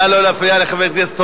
נא לא להפריע לחבר הכנסת הורוביץ.